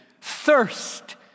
thirst